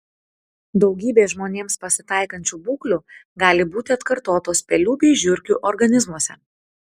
daugybė žmonėms pasitaikančių būklių gali būti atkartotos pelių bei žiurkių organizmuose